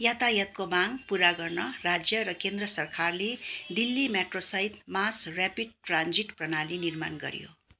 यातायातको माग पुरा गर्न राज्य र केन्द्र सरकारले दिल्ली मेट्रोसहित मास ऱ्यापिड ट्रान्जिट प्रणाली निर्माण गर्यो